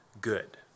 good